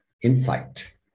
Insight